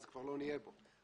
אז כבר לא נהיה פה.